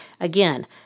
Again